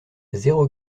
zéro